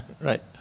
right